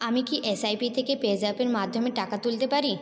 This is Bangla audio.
আমি কি এসআইপি থেকে পেজ্যাপের মাধ্যমে টাকা তুলতে পারি